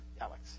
Alex